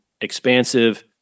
expansive